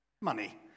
money